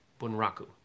Bunraku